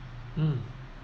mm